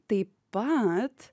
taip pat